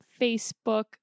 Facebook